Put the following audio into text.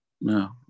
No